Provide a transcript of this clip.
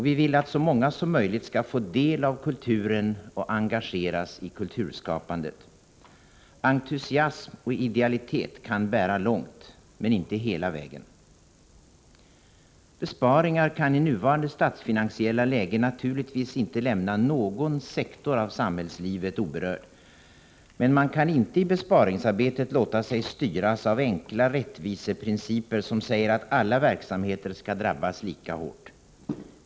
Vi vill att så många som möjligt skall få del av kulturen och engageras i kulturskapandet. Entusiasm och idealitet kan bära långt men inte hela vägen. Besparingar kan i nuvarande statsfinansiella läge naturligtvis inte lämna någon sektor av samhällslivet oberörd. Men man kan inte i besparingsarbetet låta sig styras av enkla rättviseprinciper som säger att alla verksamheter skall drabbas lika hårt.